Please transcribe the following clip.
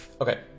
Okay